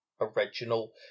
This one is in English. original